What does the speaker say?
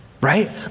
right